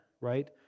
right